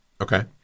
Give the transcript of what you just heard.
okay